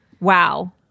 Wow